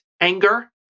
anger